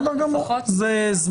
--- אני רק